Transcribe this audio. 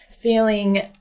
feeling